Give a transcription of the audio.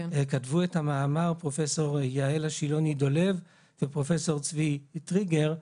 כתבו את המאמר פרופ' יעל השילוני-דולב ופרופ' צבי טריגר.